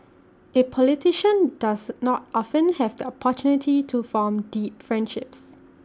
A politician does not often have the opportunity to form deep friendships